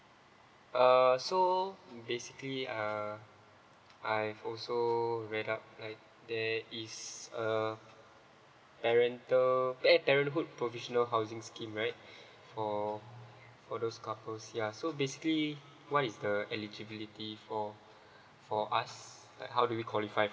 err so basically err I've also read up like there is uh parental eh parenthood provisional housing scheme right for for those couples ya so basically what is the eligibility for for us like how do we qualify